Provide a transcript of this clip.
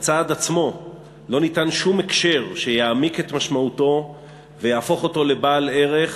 לצעד עצמו לא ניתן שום הקשר שיעמיק את משמעותו ויהפוך אותו לבעל ערך